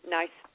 nice